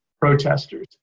protesters